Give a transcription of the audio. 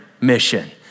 mission